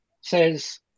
says